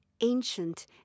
ancient